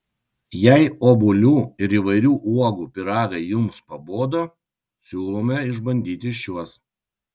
jei obuolių ir įvairių uogų pyragai jums pabodo siūlome išbandyti šiuos